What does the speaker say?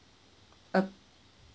uh